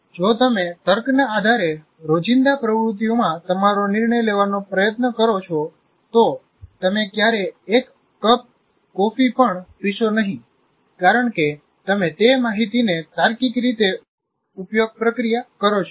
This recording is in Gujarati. જો તમે તર્કના આધારે રોજિંદા પ્રવૃત્તિઓમાં તમારો નિર્ણય લેવાનો પ્રયત્ન કરો છો તો તમે ક્યારેય એક કપ કોફી પણ પીશો નહીં કારણ કે તમે તે માહિતીને તાર્કિક રીતે ઉપયોગ પ્રક્રિયા કરો છો